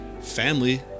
family